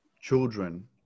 children